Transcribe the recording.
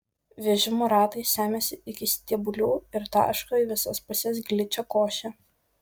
vežimų ratai semiasi iki stebulių ir taško į visas puses gličią košę